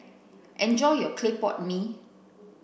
enjoy your clay pot mee